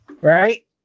Right